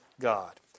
God